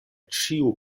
ĉiu